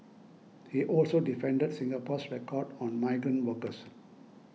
he also defended Singapore's record on migrant workers